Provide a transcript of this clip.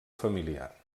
familiar